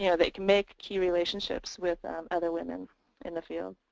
yeah they can make key relationships with other women in the field.